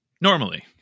Normally